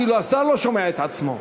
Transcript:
אפילו השר לא שומע את עצמו.